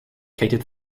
catered